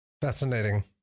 Fascinating